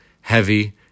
heavy